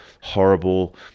horrible